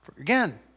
Again